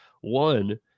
One